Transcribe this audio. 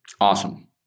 Awesome